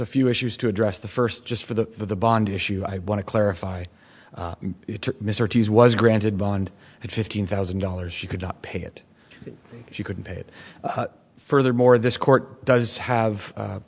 a few issues to address the first just for the bond issue i want to clarify mr t s was granted bond at fifteen thousand dollars she could not pay it she couldn't pay it furthermore this court does have a